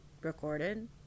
recorded